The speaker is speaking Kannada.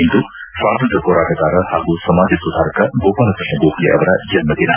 ಇಂದು ಸ್ವಾತಂತ್ರ್ಯ ಹೋರಾಟಗಾರ ಹಾಗೂ ಸಮಾಜ ಸುಧಾರಕ ಗೋಪಾಲಕೃಷ್ಣ ಗೋಖಲೆ ಅವರ ಜನ್ಮದಿನ